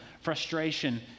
frustration